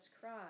cry